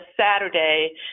Saturday